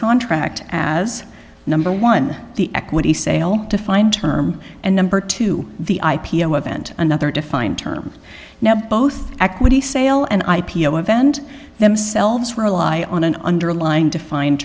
contract as number one the equity sale defined term and number two the i p o event another defined term now both equity sale and i p o event themselves rely on an underlying defined